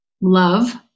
love